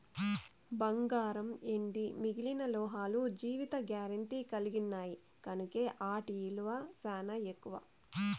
బంగారం, ఎండి మిగిలిన లోహాలు జీవిత గారెంటీ కలిగిన్నాయి కనుకే ఆటి ఇలువ సానా ఎక్కువ